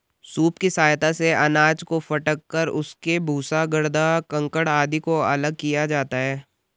soup की सहायता से अनाज को फटक कर उसके भूसा, गर्दा, कंकड़ आदि को अलग किया जाता है